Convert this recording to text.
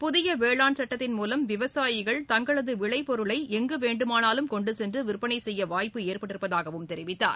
புதிய வேளான் சட்டத்தின்மூலம் விவசாயிகள் தங்களது விளைப்பொருளை ளங்கு வேன்டுமானாலும் கொண்டு சென்று விற்பனை செய்ய வாய்ப்பு ஏற்பட்டிருப்பதாக தெரிவித்தார்